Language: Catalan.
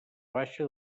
baixa